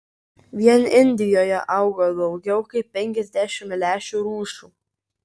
vien indijoje auga daugiau kaip penkiasdešimt lęšių rūšių